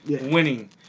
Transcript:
winning